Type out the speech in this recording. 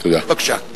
תודה.